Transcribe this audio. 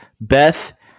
Beth